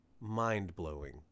mind-blowing